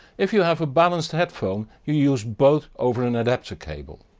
if you have a balanced headphone you use both over an adapter cable.